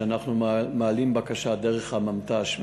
שאנחנו מעלים בקשה דרך הממת"ש,